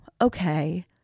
okay